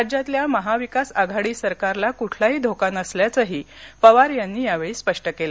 राज्यातल्या महाविकास आघाडी सरकारला कुठलाही धोका नसल्याचंही पवार यांनी यावेळी स्पष्ट केलं